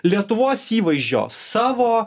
lietuvos įvaizdžio savo